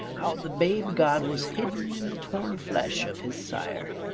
how the babe-god was hidden in the torn flesh of his sire.